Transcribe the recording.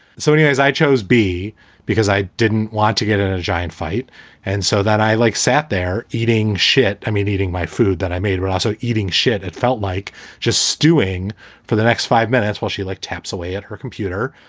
so anyways, i chose b because i didn't want to get in a giant fight and so that i, like, sat there eating shit. i mean, eating my food that i made razo eating shit. it felt like just stewing for the next five minutes while she, like, taps away at her computer.